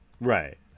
Right